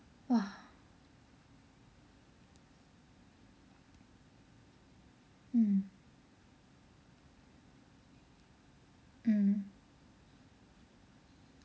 !wah! hmm mm